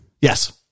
Yes